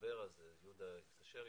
לדבר על זה, יהודה התקשר איתנו,